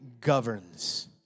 governs